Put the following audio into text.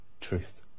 truth